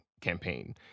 campaign